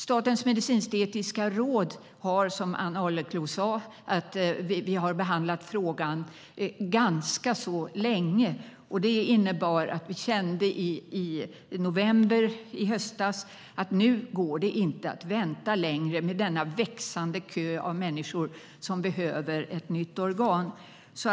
Statens medicinsk-etiska råd har som Ann Arleklo sade behandlat frågan ganska så länge. Det innebar att vi kände i november i höstas att nu går det inte att vänta längre med denna växande kö av människor som behöver ett nytt organ.